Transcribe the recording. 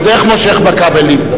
ועוד איך מושך בכבלים.